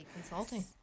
Consulting